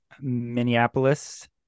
Minneapolis